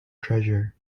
treasure